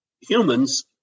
humans